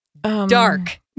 Dark